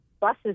buses